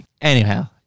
Anyhow